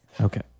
Okay